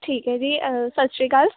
ਠੀਕ ਹੈ ਜੀ ਸਤਿ ਸ਼੍ਰੀ ਅਕਾਲ